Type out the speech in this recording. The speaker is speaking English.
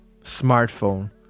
smartphone